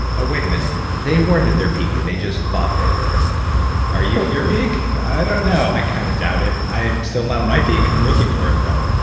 wait a minute, they weren't at their peak, they just thought they were are you at your peak? i don't know. i kind of doubt it. i'm still not at my peak i'm looking for it though,